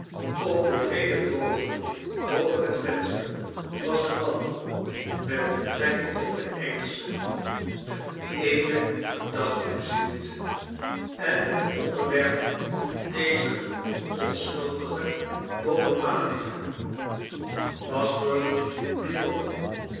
op de breede bogen boven het venster was een man met betrekking tot de engelschen met eene gedachte bezield en het onderwerp dezer onschuldige monomania was lord byron